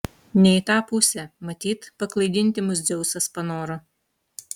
ne į tą pusę matyt paklaidinti mus dzeusas panoro